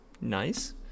Nice